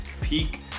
peak